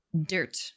Dirt